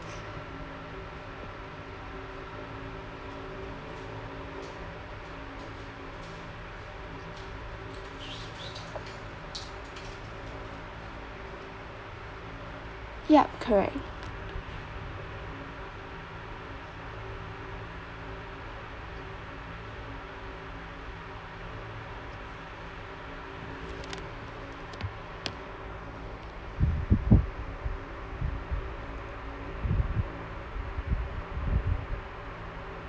yup correct